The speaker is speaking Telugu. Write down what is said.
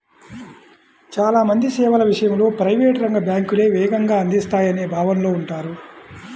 చాలా మంది సేవల విషయంలో ప్రైవేట్ రంగ బ్యాంకులే వేగంగా అందిస్తాయనే భావనలో ఉంటారు